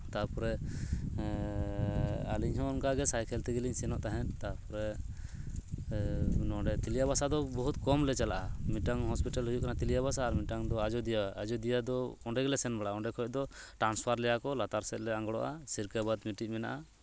ᱛᱟᱨᱯᱚᱨᱮ ᱟᱹᱞᱤᱧ ᱦᱚᱸ ᱚᱱᱠᱟᱜᱮ ᱥᱟᱭᱠᱮᱞ ᱛᱮᱜᱮᱞᱤᱧ ᱥᱮᱱᱚᱜ ᱛᱟᱦᱮᱱ ᱛᱚ ᱛᱟᱨᱯᱚᱨᱮ ᱱᱚᱰᱮ ᱛᱤᱞᱭᱟ ᱵᱟᱥᱟ ᱫᱚ ᱵᱚᱦᱩᱫ ᱠᱚᱢᱞᱮ ᱪᱟᱞᱟᱜᱼᱟ ᱢᱤᱫᱴᱟᱱ ᱦᱚᱥᱯᱤᱴᱟᱞ ᱦᱩᱭᱩᱜ ᱠᱟᱱᱟ ᱛᱤᱞᱭᱟ ᱵᱟᱥᱟ ᱟᱨ ᱢᱤᱫᱴᱟᱱ ᱫᱚ ᱟᱡᱳᱫᱤᱭᱟᱹ ᱟᱡᱳᱫᱤᱭᱟᱹ ᱫᱚ ᱚᱸᱰᱮ ᱜᱮᱞᱮ ᱥᱮᱱ ᱵᱟᱲᱟᱜᱼᱟ ᱚᱸᱰᱮ ᱠᱷᱚᱱ ᱫᱚ ᱴᱨᱟᱱᱥᱯᱷᱟᱨ ᱞᱮᱭᱟ ᱠᱚ ᱞᱟᱛᱟᱨ ᱥᱮᱱᱞᱮ ᱟᱲᱜᱚᱱᱟ ᱥᱤᱨᱠᱟᱹᱵᱟᱫ ᱢᱤᱫᱴᱤᱱ ᱢᱮᱱᱟᱜᱼᱟ